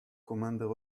commanding